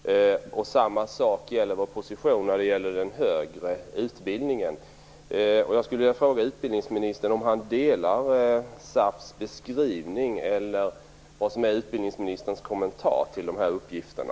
Samma sak gäller vår position i fråga om den högre utbildningen. SAF:s beskrivning, eller vilken kommentar utbildningsministern har till de här uppgifterna.